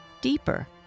deeper